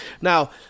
Now